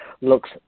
looks